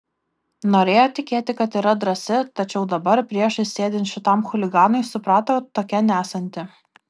norėjo tikėti kad yra drąsi tačiau dabar priešais sėdint šitam chuliganui suprato tokia nesanti